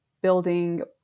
building